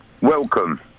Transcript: Welcome